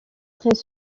très